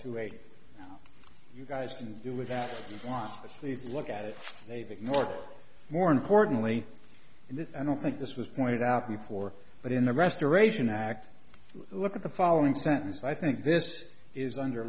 to eight you guys can do with that you want to sleep look at it they've ignored more importantly and i don't think this was pointed out before but in the restoration act look at the following sentence i think this is under